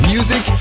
Music